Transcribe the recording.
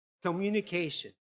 Communication